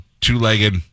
two-legged